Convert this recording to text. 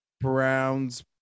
Browns